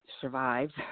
survived